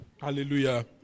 Hallelujah